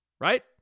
Right